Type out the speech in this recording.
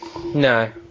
No